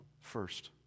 first